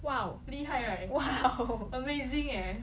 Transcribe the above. !wow!